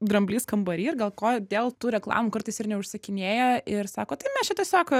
dramblys kambary ir gal kodėl tų reklamų kartais ir neužsakinėja ir sako tai mes čia tiesiog